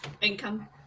income